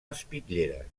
espitlleres